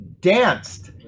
danced